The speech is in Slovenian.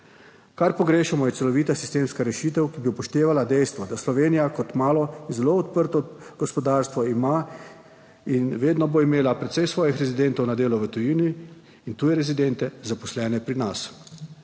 Kar pogrešamo, je celovita sistemska rešitev, ki bi upoštevala dejstvo, da Slovenija kot malo, zelo odprto gospodarstvo, ima in vedno bo imela precej svojih rezidentov na delu v tujini in tuje rezidente zaposlene pri nas.